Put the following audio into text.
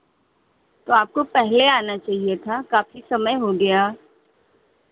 तो आपको पहले आना चाहिए था काफी समय हो गया